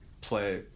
play